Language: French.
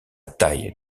taille